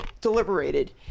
deliberated